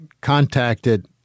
contacted